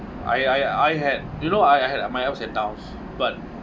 I I I had you know I had my ups and downs but